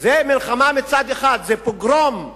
זה מלחמה מצד אחד, זה פוגרום,